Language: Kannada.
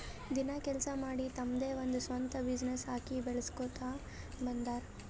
ದಿನ ಕೆಲ್ಸಾ ಮಾಡಿ ತಮ್ದೆ ಒಂದ್ ಸ್ವಂತ ಬಿಸಿನ್ನೆಸ್ ಹಾಕಿ ಬೆಳುಸ್ಕೋತಾ ಬಂದಾರ್